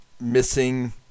missing